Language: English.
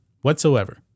whatsoever